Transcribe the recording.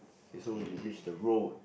K so we reached the road